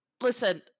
Listen